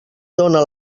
dóna